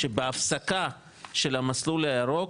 שבהספקה של המסלול הירוק,